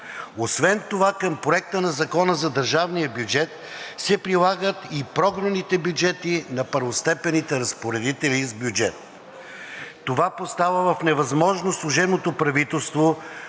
Освен това към Проекта на закона за държавния бюджет се прилагат и програмните бюджети на първостепенните разпоредители с бюджет. Това поставя в невъзможност служебното правителство,